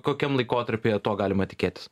kokiam laikotarpyje to galima tikėtis